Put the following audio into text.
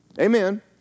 Amen